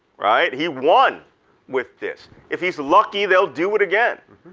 right? he won with this. if he's lucky, they'll do it again.